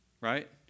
right